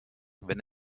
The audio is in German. wenn